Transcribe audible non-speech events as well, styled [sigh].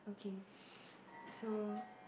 okay [noise] so